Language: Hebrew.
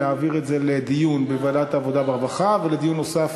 להעביר את הנושא לדיון בוועדת העבודה והרווחה ולדיון נוסף,